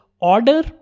order